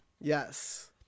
Yes